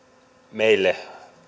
meille